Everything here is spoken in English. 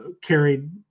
carried